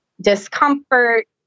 discomfort